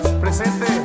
Presente